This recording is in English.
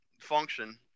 function